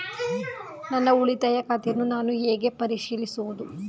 ನನ್ನ ಉಳಿತಾಯ ಖಾತೆಯನ್ನು ನಾನು ಹೇಗೆ ಪರಿಶೀಲಿಸುವುದು?